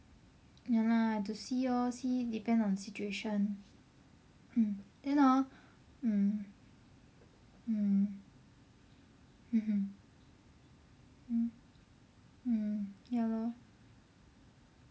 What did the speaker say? ya lah to see lor see depends on situation mm then hor mm mm mm mm ya lor